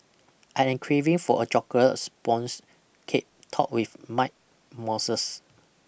I am craving for a chocolate sponge cake topped with mite mosses